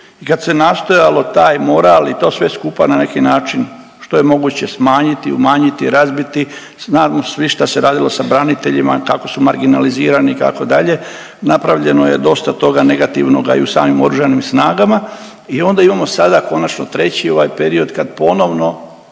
i kad se nastojalo taj moral i to sve skupa na neki način što je moguće smanjiti, umanjiti, razbiti, znamo svi šta se radilo sa braniteljima, kako su marginalizirani itd., napravljeno dosta toga negativnoga i u samim oružanim snagama i onda imamo sada konačno treći ovaj period kad ponovno